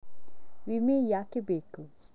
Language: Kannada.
ವಿಮೆ ಯಾಕೆ ಬೇಕು?